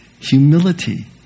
Humility